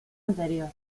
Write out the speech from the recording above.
anterior